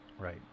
Right